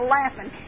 laughing